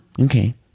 okay